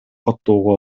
каттоого